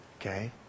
Okay